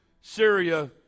Syria